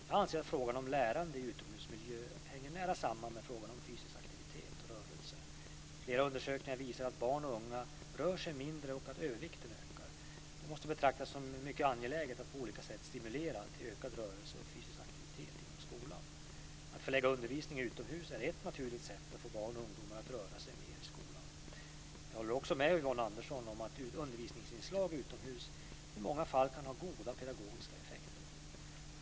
Jag anser att frågan om lärande i utomhusmiljö hänger nära samman med frågan om fysisk aktivitet och rörelse. Flera undersökningar visar att barn och unga rör sig mindre och att övervikten ökar. Det måste betraktas som mycket angeläget att på olika sätt stimulera till ökad rörelse och fysisk aktivitet inom skolan. Att förlägga undervisning utomhus är ett naturligt sätt att få barn och ungdomar att röra sig mer i skolan. Jag håller också med Yvonne Andersson om att undervisningsinslag utomhus i många fall kan ha goda pedagogiska effekter.